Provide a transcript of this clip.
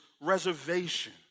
reservation